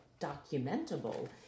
documentable